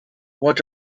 what